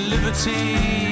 Liberty